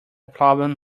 problem